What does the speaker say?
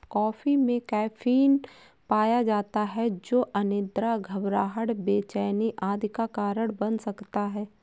coffee में caffeine पाया जाता है जो अनिद्रा, घबराहट, बेचैनी आदि का कारण बन सकता है